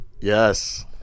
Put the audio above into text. Yes